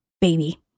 baby